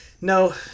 No